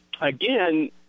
again